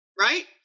right